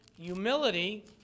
humility